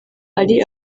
ari